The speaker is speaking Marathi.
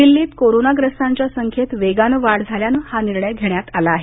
दिल्लीत कोरोनाग्रस्तांच्या संख्येत वेगानं वाढ झाल्यानं हा निर्णय घेण्यात आला आहे